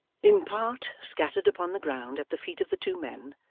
in part scattered upon the ground at the feet of the two men,